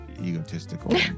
egotistical